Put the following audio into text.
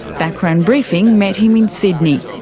background briefing met him in sydney.